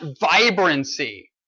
vibrancy